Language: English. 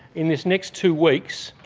in this next two weeks,